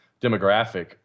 demographic